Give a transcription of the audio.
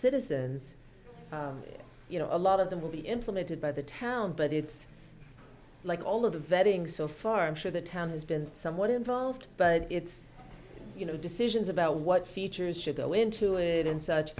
citizens you know a lot of them will be implemented by the town but it's like all of the vetting so far i'm sure the town has been somewhat involved but it's you know decisions about what features should go into it in such